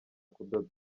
kudoda